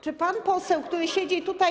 Czy pan poseł, który siedzi tutaj.